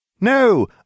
No